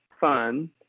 fun